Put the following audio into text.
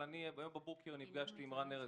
אבל הבוקר נפגשתי עם רן ארז,